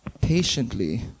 patiently